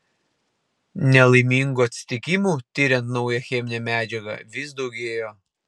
nelaimingų atsitikimų tiriant naują cheminę medžiagą vis daugėjo